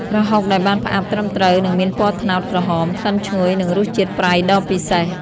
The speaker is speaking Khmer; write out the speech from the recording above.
ប្រហុកដែលបានផ្អាប់ត្រឹមត្រូវនឹងមានពណ៌ត្នោតក្រហម ក្លិនឈ្ងុយ និងរសជាតិប្រៃដ៏ពិសេស។